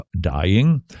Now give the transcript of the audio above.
dying